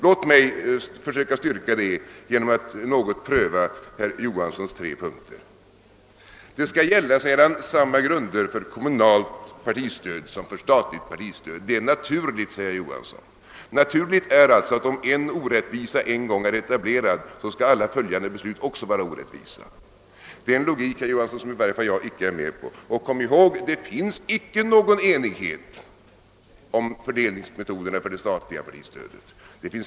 Låt mig försöka styrka det genom att något pröva herr Johanssons tre punkter. Det skall gälla, säger herr Johansson, samma grunder för kommunalt partistöd som för statligt partistöd. Detta är enligt herr Johansson naturligt. Naturligt är alltså att om en orättvisa en gång är etablerad skall alla följande beslut också vara orättvisa. Det är en logik som i varje fall jag inte är med på. Och kom ihåg: Det finns icke någon enighet om fördelningsmetoderna för det statliga partistödet.